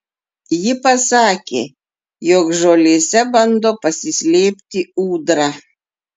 ji pasakė jog žolėse bando pasislėpti ūdra